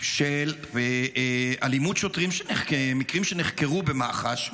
של אלימות שוטרים, מקרים שנחקרו במח"ש,